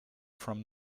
from